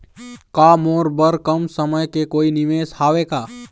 का मोर बर कम समय के कोई निवेश हावे का?